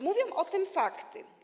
Mówią o tym fakty.